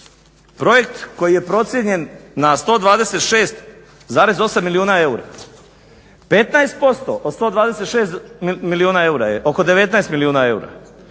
projekt koji je procijenjen na 126,8 milijuna eura. 15% od 126 milijuna eura je oko 19 milijuna eura,